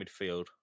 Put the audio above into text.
midfield